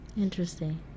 Interesting